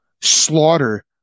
slaughter